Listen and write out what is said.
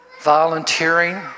Volunteering